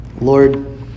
Lord